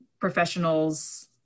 professionals